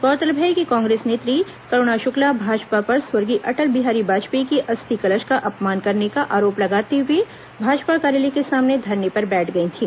गौरतलब है कि कांग्रेस नेत्री करूणा शुक्ला भाजपा पर स्वर्गीय अटल बिहारी वाजपेयी की अस्थि कलश का अपमान करने का आरोप लगाते हुए भाजपा कार्यालय के सामने धरने पर बैठ गई थी